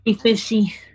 fishy